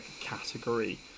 category